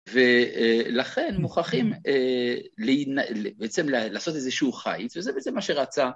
ולכן מוכרחים בעצם לעשות איזשהו חייץ, וזה בעצם מה שרצה.